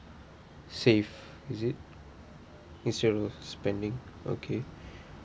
save is it instead of spending okay